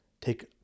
take